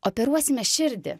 operuosime širdį